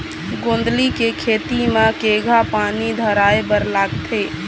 गोंदली के खेती म केघा पानी धराए बर लागथे?